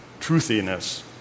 truthiness